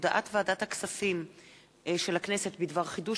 הודעת ועדת הכספים של הכנסת בדבר חידוש